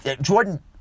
Jordan